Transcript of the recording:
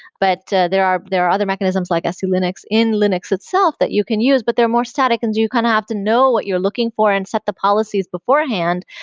but there are there other mechanisms like se linux in linux itself that you can use, but they're more static and you kind of have to know what you're looking for and set the policies beforehand,